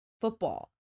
football